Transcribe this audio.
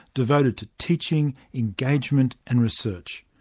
devoted to teaching, engagement and research.